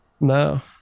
No